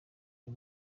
uyu